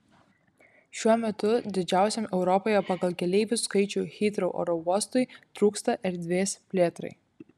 šiuo metu didžiausiam europoje pagal keleivių skaičių hitrou oro uostui trūksta erdvės plėtrai